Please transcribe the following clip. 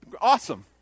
Awesome